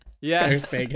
Yes